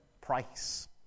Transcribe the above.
price